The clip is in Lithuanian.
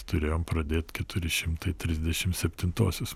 turėjom pradėti keturi šimtai trisdešim septintuosius